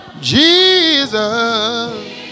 Jesus